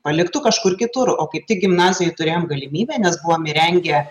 paliktų kažkur kitur o kaip tik gimnazijoj turėjom galimybę nes buvom įrengę